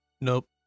Nope